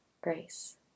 Grace